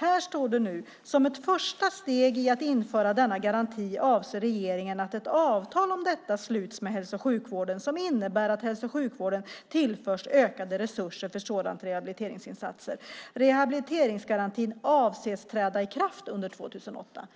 Här står det nu: Som ett första steg i att införa denna garanti avser regeringen att ett avtal om detta sluts med hälso och sjukvården som innebär att hälso och sjukvården tillförs ökade resurser för sådana rehabiliteringsinsatser. Rehabiliteringsgarantin avses träda i kraft under 2008.